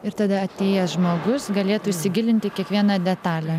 ir tada atėjęs žmogus galėtų įsigilinti į kiekvieną detalę